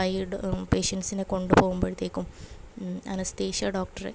ആയിട്ട് പേഷ്യൻസിനെ കൊണ്ട് പോകുമ്പോഴ്ത്തേക്കും അനസ്ത്യേഷ്യ ഡോക്ട്ര്